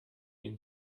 ihn